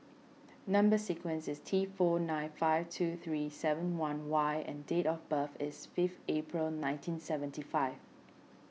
Number Sequence is T four nine five two three seven one Y and date of birth is fifth April nineteen seventy five